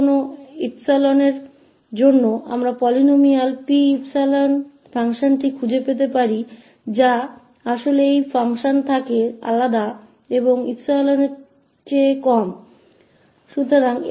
तो किसी भी 𝜖 के लिए हम बहुपद फ़ंक्शन को ढूंढ सकते हैं जो वास्तव में इस फ़ंक्शन से अंतर 𝜖 से कम है